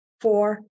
four